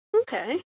Okay